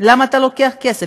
למה אתה לוקח כסף?